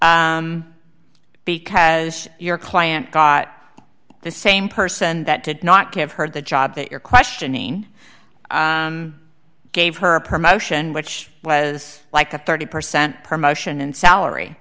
because your client got the same person that did not give her the job that you're questioning gave her a promotion which was like a thirty percent promotion in salary